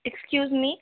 excuse me